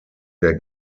der